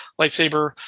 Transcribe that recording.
lightsaber